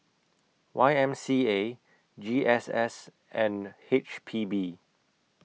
Y M C A G S S and H P B